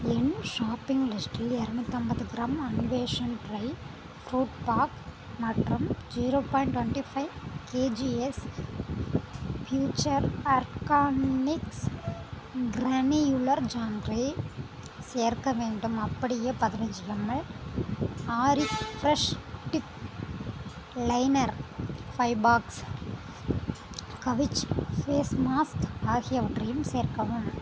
என் shopping லிஸ்டில் இரநூத்தம்பது gram Anveshan dry fruit pack மற்றும் zero point twenty five kgs Future Organics granular jaggery சேர்க்க வேண்டும் அப்படியே பதினைஞ்சு ml Auric fresh dip liner five packs கவிச் ஃபேஸ் மாஸ்க் ஆகியவற்றையும் சேர்க்கவும்